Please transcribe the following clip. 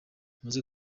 muze